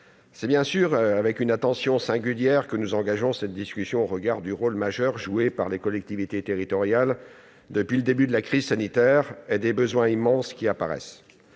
c'est avec une attention singulière que nous engageons cette discussion au regard du rôle majeur joué par les collectivités territoriales depuis le début de la crise sanitaire et des besoins immenses qui apparaissent.